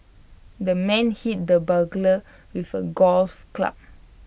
the man hit the burglar with A golf club